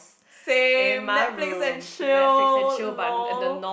same Netflix and chill lol